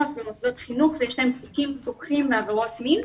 ומוסדות חינוך ויש להם תיקים פתוחים בעבירות מין,